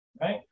right